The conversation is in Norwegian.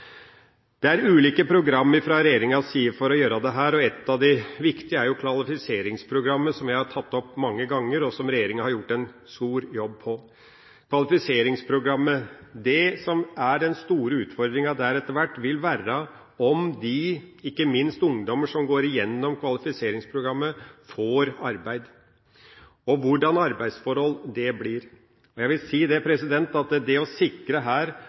Det er ulike programmer fra regjeringas side for å gjøre dette, og et av de viktige er kvalifiseringsprogrammet, som jeg har tatt opp mange ganger, og som regjeringa har gjort en stor jobb med. Det som etter hvert blir den store utfordringa for kvalifiseringsprogrammet, er om ikke minst ungdommene som gjennomfører programmet, får arbeid og hva slags arbeidsforhold det blir.